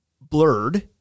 blurred